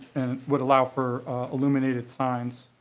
and would allow for illuminated at times.